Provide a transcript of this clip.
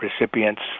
recipients